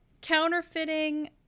counterfeiting